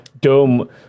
Dome